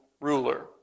ruler